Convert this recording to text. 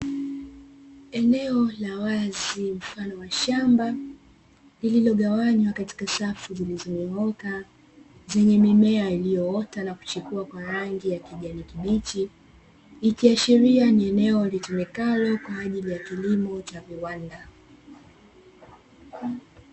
Eneo la wazi mfano wa shamba lililogawanywa katika safu zilizonyooka, zenye mimea iliyoota na kuchipua kwa rangi ya kijani kibichi, ikiashiria ni eneo litumikalo kwa ajili ya kilimo cha viwanda.